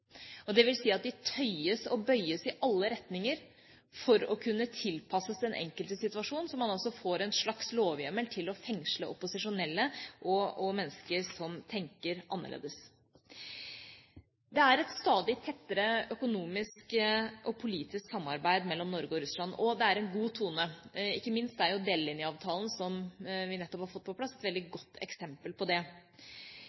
at den tøyes og bøyes i alle retninger for å kunne tilpasses den enkelte situasjon, så man får en slags lovhjemmel til å fengsle opposisjonelle og mennesker som tenker annerledes. Det er et stadig tettere økonomisk og politisk samarbeid mellom Norge og Russland, og det er en god tone. Ikke minst er delelinjeavtalen, som vi nettopp har fått på plass, et veldig